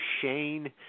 Shane